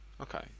Okay